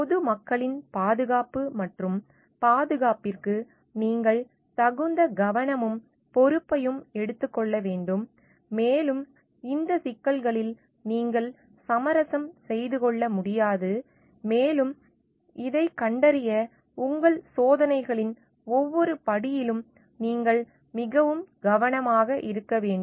பொதுமக்களின் பாதுகாப்பு மற்றும் பாதுகாப்பிற்கு நீங்கள் தகுந்த கவனமும் பொறுப்பையும் எடுத்துக் கொள்ள வேண்டும் மேலும் இந்த சிக்கல்களில் நீங்கள் சமரசம் செய்து கொள்ள முடியாது மேலும் கண்டறிய உங்கள் சோதனைகளின் ஒவ்வொரு படியிலும் நீங்கள் மிகவும் கவனமாக இருக்க வேண்டும்